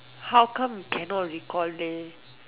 how come you cannot recall leh